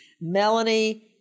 Melanie